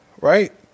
right